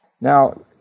Now